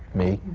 me.